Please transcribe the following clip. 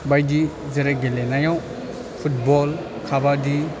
बायदि जेरै गेलेनायाव फुटबल काबादि